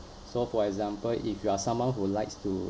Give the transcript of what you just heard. so for example if you are someone who likes to